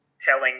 telling